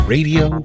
Radio